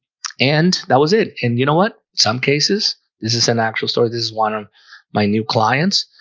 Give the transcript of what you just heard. and that was it and you know, what some cases this is an actual story this is one on my new clients.